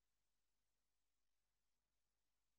ואין